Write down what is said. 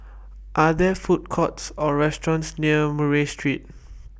Are There Food Courts Or restaurants near Murray Street